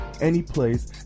anyplace